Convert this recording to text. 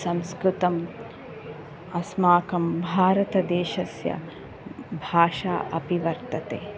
संस्कृतम् अस्माकं भारतदेशस्य भाषा अपि वर्तते